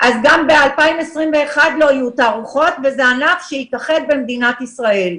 גם ב-2021 לא יהיו תערוכות וזה ענף שייכחד במדינת ישראל.